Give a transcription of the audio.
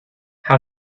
how